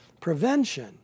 Prevention